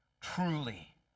truly